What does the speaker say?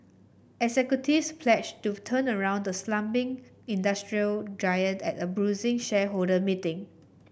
executives pledged to turn around the slumping industrial giant at a bruising shareholder meeting